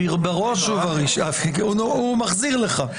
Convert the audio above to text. הוא מחזיר לך.